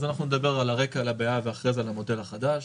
אז אנחנו נדבר על הרקע לבעיה ואחרי זה על המודל החדש.